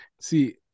See